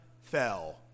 fell